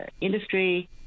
industry